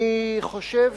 אני חושב